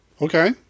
okay